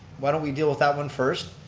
why don't we deal with that one first.